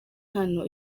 hano